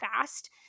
fast